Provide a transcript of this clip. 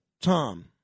Tom